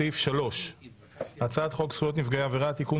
3. הצעת חוק זכויות נפגעי עבירה (תיקון